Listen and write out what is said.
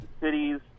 cities